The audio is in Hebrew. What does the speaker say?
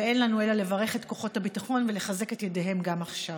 אין לי אלא לברך את כוחות הביטחון ולחזק את ידיהם גם עכשיו.